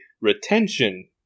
retention